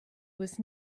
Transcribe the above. was